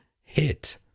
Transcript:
hit